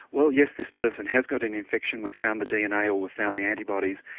well, yes this person has got an infection, we've found the dna or we've found the antibodies,